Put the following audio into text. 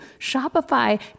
Shopify